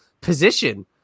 position